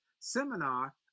seminar